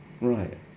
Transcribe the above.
Right